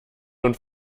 und